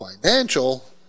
financial